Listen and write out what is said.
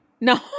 No